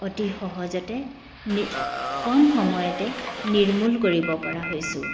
অতি সহজতে নি কম সময়তে নিৰ্মূল কৰিব পৰা হৈছোঁ